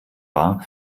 war